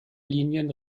linien